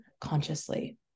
consciously